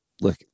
look